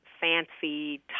fancy